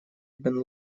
бен